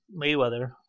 Mayweather